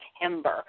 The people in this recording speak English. September